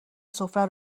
سفره